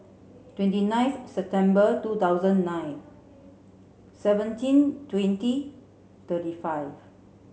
twenty ninth September two thousand nine seventeen twenty thirty five